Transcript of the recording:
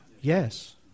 yes